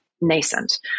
nascent